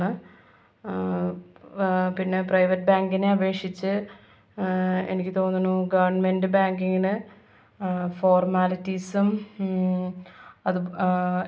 നമ്മൾ സ്പ്രേ അടിച്ചു കഴിഞ്ഞിട്ടുണ്ടെങ്കിൽ കുറച്ചു കഴിയുമ്പോഴത്തേക്കും അതിൻ്റെ സ്മെല്ല് പോവുകയാണ് ചെയ്യുന്നത് മാത്രമല്ല അത് യൂസ് ചെയ്യാൻ തുടങ്ങിയപ്പോൾ അണ്ടർ ആർമ്സിൽ ഇങ്ങനെ കളറ് വരുകയാണ് ബ്ലാക്ക് കളറ് വരികയാണ്